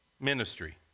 ministry